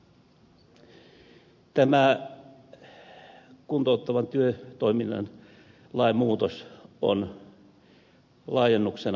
tämä kuntouttavan työtoiminnan lainmuutos on laajennuksena aivan kohtuuton